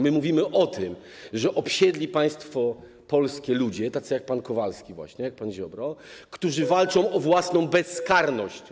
My mówimy o tym, że obsiedli państwo polskie ludzie tacy jak pan Kowalski właśnie, jak pan Ziobro, którzy walczą o własną bezkarność.